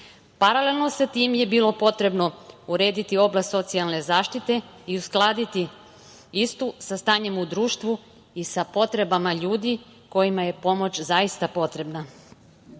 vrata. Paralelno sa tim je bilo potrebno urediti oblast socijalne zaštite i uskladiti istu sa stanjima u društvu i sa potrebama ljudi kojima je pomoć zaista potrebna. Dugo